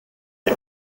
est